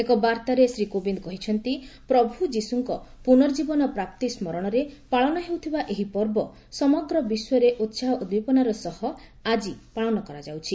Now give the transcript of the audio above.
ଏକ ବାର୍ତ୍ତାରେ ଶ୍ରୀ କୋବିନ୍ଦ କହିଛନ୍ତି ପ୍ରଭୁ ଯୀଶୁଙ୍କ ପୁନର୍ଜୀବନ ପ୍ରାପ୍ତି ସ୍କରଣରେ ପାଳନ ହେଉଥିବା ଏହି ପର୍ବ ସମଗ୍ର ବିଶ୍ୱରେ ଉତ୍କାହ ଉଦ୍ଦୀପନାର ସହ ଆଜି ପାଳନ କରାଯାଉଛି